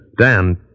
Dan